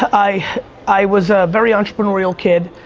i i was a very entrepreneurial kid